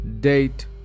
Date